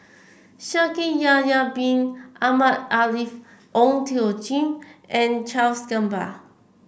Shaikh Yahya Bin Ahmed Afifi Ong Tjoe Kim and Charles Gamba